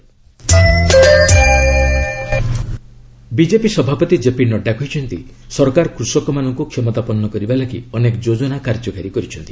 ଗଭ୍ farmers BJP ସଭାପତି KP Nadda କହିଛନ୍ତି ସରକାର କୃଷକମାନଙ୍କୁ କ୍ଷମତାପନ୍ନ କରିବା ଲାଗି ଅନେକ ଯୋଜନା କାର୍ଯ୍ୟକାରୀ କରିଛନ୍ତି